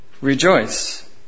rejoice